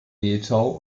mehltau